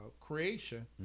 Creation